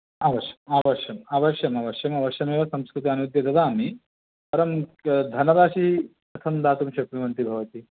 अवश्यम् अवश्यम् अवश्यम् अवश्यम् अवश्यमेव संकृते अनूद्य ददामि परं धनराशि कथं दातुं शक्नुवन्ति भवती